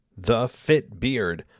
TheFitBeard